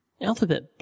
Alphabet